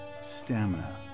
stamina